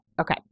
Okay